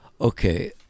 Okay